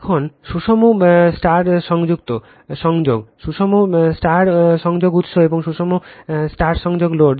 এখন সুষম Y সংযোগ সুষম Y সংযুক্ত উৎস এবং সুষম Y সংযুক্ত লোড